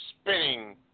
spinning